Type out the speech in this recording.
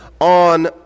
on